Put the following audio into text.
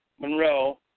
Monroe